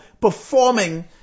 performing